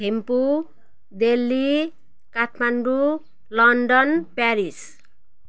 Thimphu Delhi Kathmandu London Paris